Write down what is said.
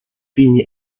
primi